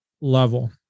level